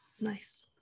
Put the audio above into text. nice